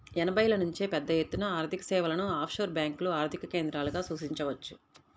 ఎనభైల నుంచే పెద్దఎత్తున ఆర్థికసేవలను ఆఫ్షోర్ బ్యేంకులు ఆర్థిక కేంద్రాలుగా సూచించవచ్చు